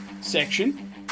section